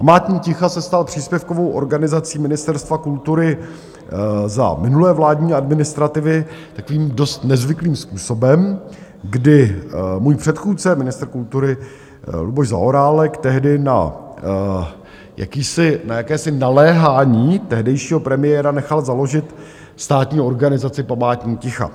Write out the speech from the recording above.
Památník ticha se stal příspěvkovou organizací Ministerstva kultury za minulé vládní administrativy takovým dost nezvyklým způsobem, kdy můj předchůdce, ministr kultury Luboš Zaorálek, tehdy na jakési naléhání tehdejšího premiéra nechal založit státní organizaci Památník ticha.